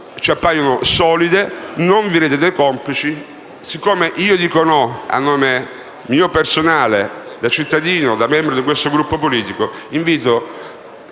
ci appaiono solide. Non vi rendete complici. Siccome io dico no a titolo personale, da cittadino e da membro di questo Gruppo politico,